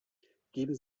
geben